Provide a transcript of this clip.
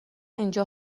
اینجا